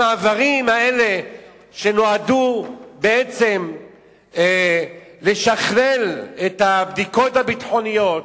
המעברים האלה נועדו בעצם לשכלל את הבדיקות הביטחוניות,